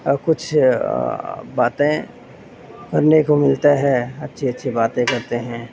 اور کچھ باتیں کرنے کو ملتا ہے اچھی اچھی باتیں کرتے ہیں